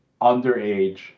underage